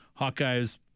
Hawkeyes